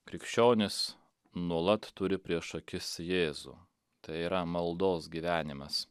krikščionys nuolat turi prieš akis jėzų tai yra maldos gyvenimas